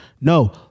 No